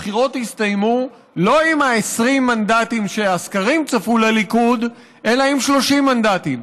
הבחירות הסתיימו לא עם 20 המנדטים שהסקרים צפו לליכוד אלא עם 30 מנדטים.